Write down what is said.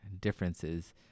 differences